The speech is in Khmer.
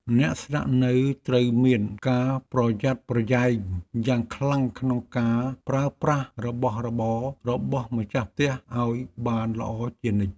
អ្នកស្នាក់នៅត្រូវមានការប្រយ័ត្នប្រយែងយ៉ាងខ្លាំងក្នុងការប្រើប្រាស់របស់របររបស់ម្ចាស់ផ្ទះឱ្យបានល្អជានិច្ច។